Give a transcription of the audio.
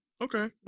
okay